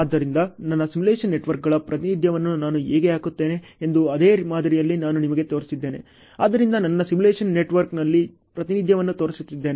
ಆದ್ದರಿಂದ ನನ್ನ ಸಿಮ್ಯುಲೇಶನ್ ನೆಟ್ವರ್ಕ್ಗಳ ಪ್ರಾತಿನಿಧ್ಯವನ್ನು ನಾನು ಹೇಗೆ ಹಾಕುತ್ತೇನೆ ಎಂದು ಅದೇ ಮಾದರಿಯಲ್ಲಿ ನಾನು ನಿಮಗೆ ತೋರಿಸಿದ್ದೇನೆ ಆದ್ದರಿಂದ ನಾನು ಸಿಮ್ಯುಲೇಶನ್ ನೆಟ್ವರ್ಕ್ನಲ್ಲಿ ಪ್ರಾತಿನಿಧ್ಯವನ್ನು ತೋರಿಸುತ್ತಿದ್ದೇನೆ